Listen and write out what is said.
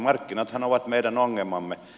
markkinathan ovat meidän ongelmamme